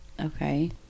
Okay